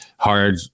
hard